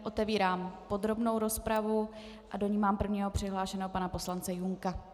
Otevírám podrobnou rozpravu a do ní mám prvního přihlášeného pana poslance Junka.